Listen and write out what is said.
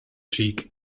cheek